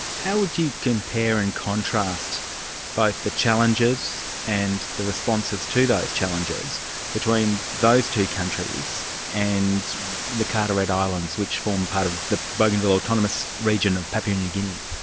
how would you compare and contrast both the challenges and the responses to those challenges between those those two countries and the carteret islands which form part of the bougainville autonomous region of papua new guinea?